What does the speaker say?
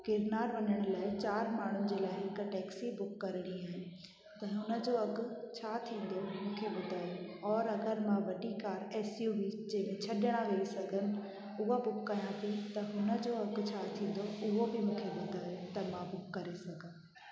गिरनार वञण लाइ चारि माण्हुनि जे लाइ हिकु टैक्सी बुक करणी आहे त हुन जो अघु छा थींदो मूंखे ॿुधायो और अगरि मां वॾी कार एस यू वी जे छॾण हे सघनि उहा बुक कयां थी त हुन जो अघु छा थींदो उहा बि मूंखे ॿुधायो त मां बुक करे सघां